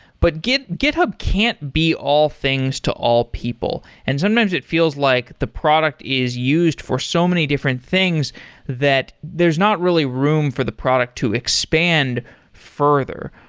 but github can't be all things to all people, and sometimes it feels like the product is used for so many different things that there's not really room for the product to expand further.